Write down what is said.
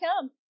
come